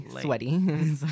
Sweaty